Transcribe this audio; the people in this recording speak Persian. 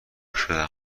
شدم